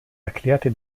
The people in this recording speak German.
erklärte